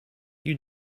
you